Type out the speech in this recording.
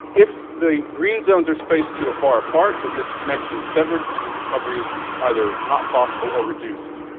if the green zones are spaced too far apart then this connection is severed and recovery is either not possible or reduced.